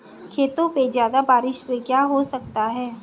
खेतों पे ज्यादा बारिश से क्या हो सकता है?